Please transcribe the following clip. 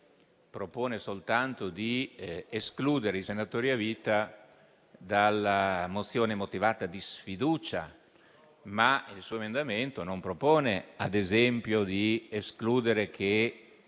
propone soltanto di escludere i senatori a vita dalla mozione motivata di sfiducia, ma il suo emendamento non propone, ad esempio, di escludere che